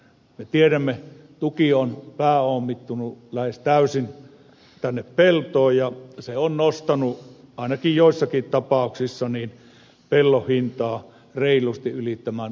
me tiedämme että tuki on pääomittunut lähes täysin tänne peltoon ja se on nostanut ainakin joissakin tapauksissa pellon hintaa reilusti yli tämän tuottavuuden rajan